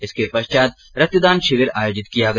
इसके पश्चात रक्तदान शिविर आयोजित किया गया